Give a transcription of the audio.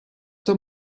der